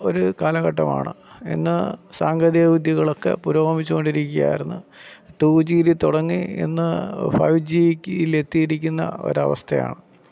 ഒരു കാലഘട്ടമാണ് ഇന്ന് സാങ്കേതികവിദ്യകളൊക്കെ പുരോഗമിച്ച് കൊണ്ടിരിക്കയാരുന്നു ടൂ ജിയില് തുടങ്ങി ഇന്ന് ഫൈവ് ജിക്ക് എത്തിയിരിക്കുന്ന ഒരവസ്ഥയാണ്